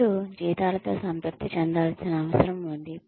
ప్రజలు జీతాలతో సంతృప్తి చెందాల్సిన అవసరం ఉంది